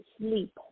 sleep